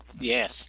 Yes